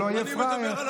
הוא לא יהיה פראייר.